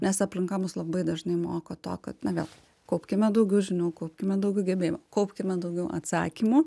nes aplinka mus labai dažnai moko to kad na vėl kaupkime daugiau žinių kaupkime daugiau gebėjimų kaupkime daugiau atsakymų